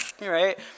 right